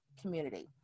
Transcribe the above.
community